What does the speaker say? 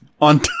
on